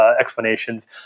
explanations